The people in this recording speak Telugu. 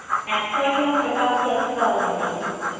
ఎస్కార్ట్ లో పికప్ చేసుకోవాలండి